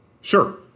Sure